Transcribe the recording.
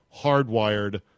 hardwired